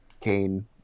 Kane